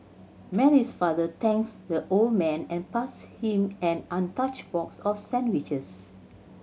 Mary's father thanks the old man and passed him an untouched box of sandwiches